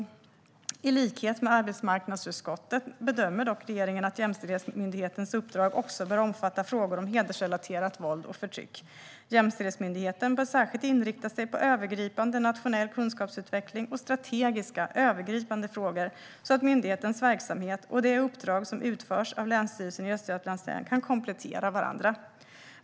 Men i likhet med arbetsmarknadsutskottet bedömer regeringen att jämställdhetsmyndighetens uppdrag också bör omfatta frågor om hedersrelaterat våld och förtryck. Jämställdhetsmyndigheten bör särskilt inrikta sig på övergripande nationell kunskapsutveckling och strategiska, övergripande frågor så att myndighetens verksamhet och det uppdrag som utförs av Länsstyrelsen i Östergötlands län kan komplettera varandra.